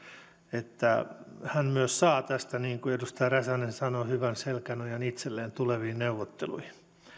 että hän myös saa tästä niin kuin edustaja räsänen sanoi hyvän selkänojan itselleen tuleviin neuvotteluihin